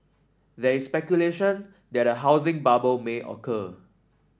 there is speculation that a housing bubble may occur